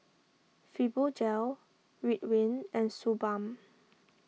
Fibogel Ridwind and Suu Balm